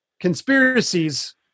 conspiracies